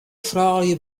froulju